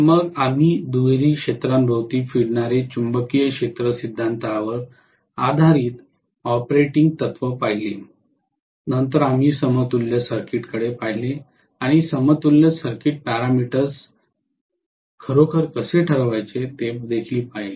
मग आम्ही दुहेरी क्षेत्राभोवती फिरणारे चुंबकीय क्षेत्र सिद्धांतावर आधारित ऑपरेटिंग तत्त्व पाहिले नंतर आम्ही समतुल्य सर्किटकडे पाहिले आणि समतुल्य सर्किट पॅरामीटर्स खरोखर कसे ठरवायचे ते पाहिले